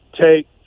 take